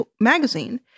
magazine